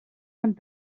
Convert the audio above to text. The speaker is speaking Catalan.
sant